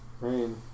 Rain